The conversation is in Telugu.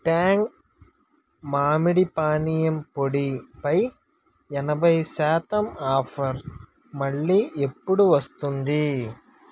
ట్యాంగ్ మామిడి పానీయం పొడి పై ఎనభై శాతం ఆఫర్ మళ్ళీ ఎప్పుడు వస్తుంది